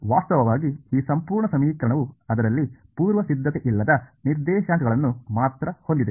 ವಾಸ್ತವವಾಗಿ ಈ ಸಂಪೂರ್ಣ ಸಮೀಕರಣವು ಅದರಲ್ಲಿ ಪೂರ್ವಸಿದ್ಧತೆಯಿಲ್ಲದ ನಿರ್ದೇಶಾಂಕಗಳನ್ನು ಮಾತ್ರ ಹೊಂದಿದೆ